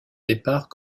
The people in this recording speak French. départ